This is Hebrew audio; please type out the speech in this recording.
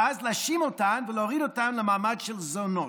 ואז להאשים אותן ולהוריד אותן למעמד של זונות.